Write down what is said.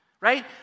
right